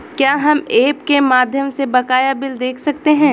क्या हम ऐप के माध्यम से बकाया बिल देख सकते हैं?